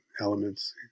elements